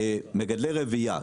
מגדלי רבייה,